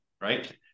right